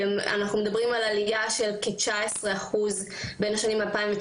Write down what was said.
אנחנו מדברים על עלייה של כ-19% בין השנים 2019